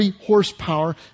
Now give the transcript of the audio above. horsepower